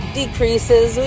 decreases